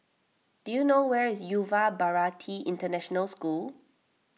do you know where is Yuva Bharati International School